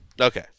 Okay